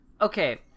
Okay